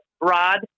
rod